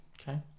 Okay